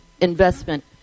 investment